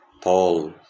Paul